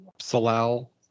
salal